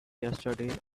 yesterday